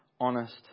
honest